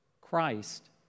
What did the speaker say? Christ